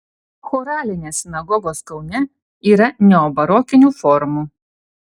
choralinės sinagogos kaune yra neobarokinių formų